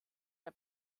der